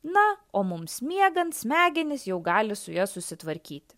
na o mums miegant smegenys jau gali su ja susitvarkyti